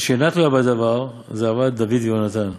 ושאינה תלויה בדבר, זו אהבת דוד ויהונתן.